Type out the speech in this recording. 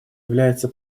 является